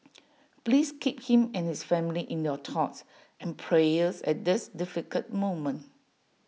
please keep him and his family in your thoughts and prayers at this difficult moment